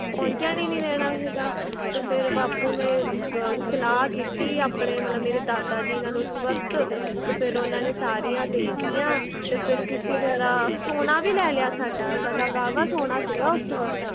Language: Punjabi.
ਪਹੁੰਚਣ ਹੀ ਨਹੀਂ ਦੇਣਾ ਸੀਗਾ ਅਤੇ ਫਿਰ ਬਾਪੂ ਨੇ ਸਲਾਹ ਕੀਤੀ ਆਪਣੇ ਮਤਲਬ ਮੇਰੇ ਦਾਦਾ ਜੀ ਨਾਲ ਉਸ ਵਕਤ ਅਤੇ ਫਿਰ ਉਹਨਾਂ ਨੇ ਸਾਰੀਆਂ ਦੇ ਦਿੱਤੀਆਂ ਅਤੇ ਫਿਰ ਕਿਸੇ ਤਰ੍ਹਾਂ ਸੋਨਾ ਵੀ ਲੈ ਲਿਆ ਸਾਡਾ ਸਾਡਾ ਵਾਹਵਾ ਸੋਨਾ ਸੀਗਾ ਉਸ ਵਕਤ